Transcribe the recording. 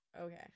Okay